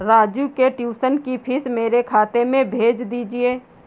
राजू के ट्यूशन की फीस मेरे खाते में भेज दीजिए